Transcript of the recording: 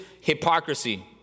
hypocrisy